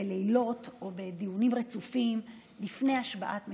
בלילות או בדיונים רצופים לפני השבעת ממשלה.